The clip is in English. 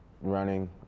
running